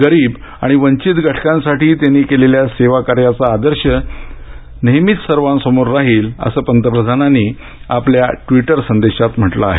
गरिब आणि वंचित घटकांसाठी त्यांनी केलेल्या सेवाकार्याचा आदर्श नेहमीच सर्वांसमोर राहील असं पंतप्रधानांनी ट्विटर संदेशात म्हटलं आहे